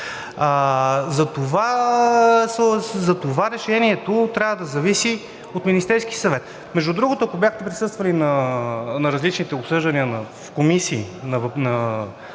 Затова решението трябва да зависи от Министерския съвет. Между другото, ако бяхте присъствали на различните обсъждания в комисии